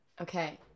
Okay